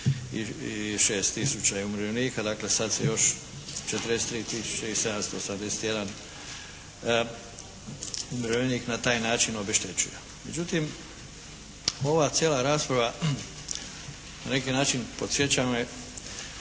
tisuća umirovljenika, dakle sad se još 43 tisuće i 781 umirovljenik na taj način obeštećuje. Međutim, ova cijela rasprava na neki način podsjeća me